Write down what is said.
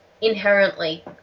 inherently